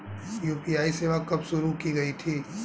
UPI सेवा कब शुरू की गई थी?